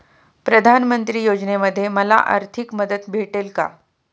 प्रधानमंत्री योजनेमध्ये मला आर्थिक मदत भेटेल का?